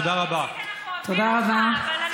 תודה רבה.